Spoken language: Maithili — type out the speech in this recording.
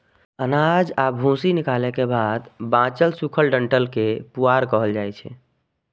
अनाज आ भूसी निकालै के बाद बांचल सूखल डंठल कें पुआर कहल जाइ छै